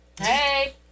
hey